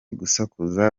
gusakuza